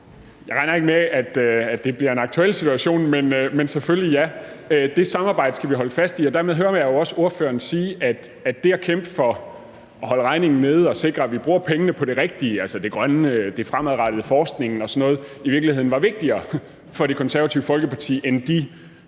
Jeg regner ikke med, at det bliver en aktuel situation, men selvfølgelig ja, det samarbejde skal vi holde fast i. Dermed hører jeg også ordføreren sige, at det at kæmpe for at holde regningen nede og sikre, at vi bruger pengene på det rigtige – altså det grønne, det fremadrettede, forskning og sådan noget – i virkeligheden var vigtigere for Det Konservative Folkeparti end de